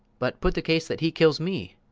but put the case that he kills me